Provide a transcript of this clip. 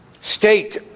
state